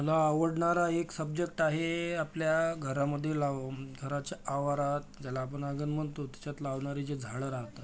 मला आवडणारा एक सब्जेक्ट आहे आपल्या घरामधे लावून घराच्या आवारात ज्याला आपण आंगण म्हणतो त्याच्यात लावणारी जे झाडं राहतात